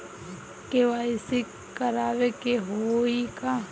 KYC करावे के होई का?